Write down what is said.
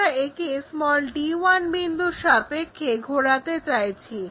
আমরা একে d1 বিন্দুর সাপেক্ষে ঘোরাতে চাইছি